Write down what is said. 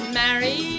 marry